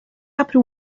apre